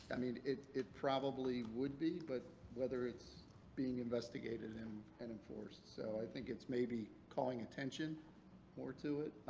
i mean it it probably would be, but whether it's being investigated investigated and enforced. so i think it's maybe calling attention more to it,